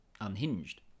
unhinged